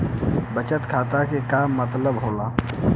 बचत खाता के का मतलब होला?